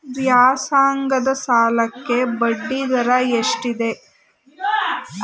ವ್ಯಾಸಂಗದ ಸಾಲಕ್ಕೆ ಬಡ್ಡಿ ದರ ಎಷ್ಟಿದೆ?